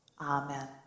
Amen